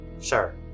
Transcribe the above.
sure